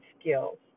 skills